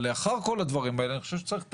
לאחר כל הדברים האלה, אני חושב שצריך לתקן.